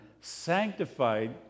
sanctified